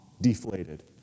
deflated